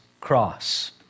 cross